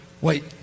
Wait